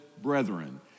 Brethren